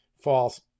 false